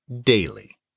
Daily